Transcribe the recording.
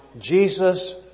Jesus